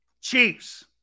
Chiefs